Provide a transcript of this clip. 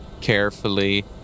carefully